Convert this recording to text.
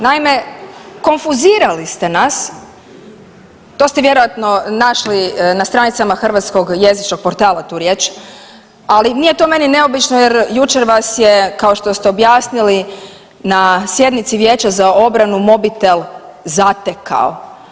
Naime, konfuzirali ste nas, to ste vjerojatno naši na stranicama Hrvatskog jezičnog portala tu riječ, ali nije to meni neobično jer jučer vas je kao što ste objasnili na sjednici Vijeća za obranu, mobitel zatekao.